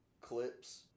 clips